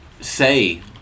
say